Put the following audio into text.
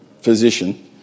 physician